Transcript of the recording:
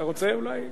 אתה רוצה אולי?